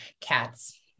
Cats